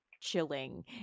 chilling